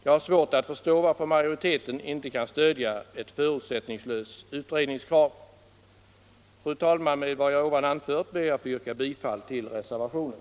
Jag har svårt att förstå varför majoriteten inte kan stödja ett krav på en förutsättningslös utredning. Fru talman! Med det anförda ber jag att få yrka bifall till reservationen.